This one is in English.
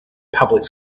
public